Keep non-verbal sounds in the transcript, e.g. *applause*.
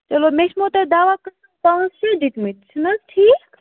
چلو مےٚ چھُو مَو تۅہہِ دوا *unintelligible* پانٛژ شےٚ دِتۍمٕتۍ چھُنہٕ حظ ٹھیٖک